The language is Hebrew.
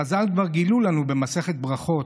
חז"ל כבר גילו לנו במסכת ברכות,